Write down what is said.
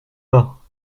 pas